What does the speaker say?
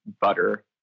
butter